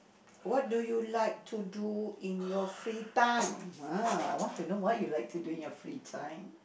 what do you like to do in your free time ah I want to know what you like to do in your free time